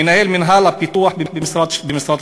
מנהל מינהל הפיתוח במשרדך,